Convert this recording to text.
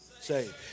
Saved